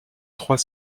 trois